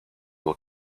will